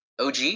OG